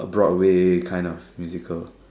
Broadway kind of musical